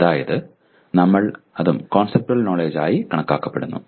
അതായത് നമ്മൾഅതും conceptual knowledge ആയി കണക്കാക്കപ്പെടുന്നു